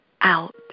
out